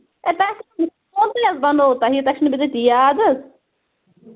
اَتہِ حظ سورُے حظ بَنوو تۄہے تۄہہِ چھُو نہٕ بِظٲتی یاد حظ